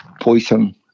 poison